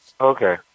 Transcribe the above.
Okay